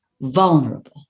vulnerable